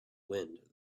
wind